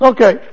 Okay